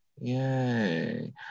Yay